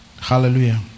Hallelujah